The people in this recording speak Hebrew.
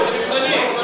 הוא עובר מבחנים.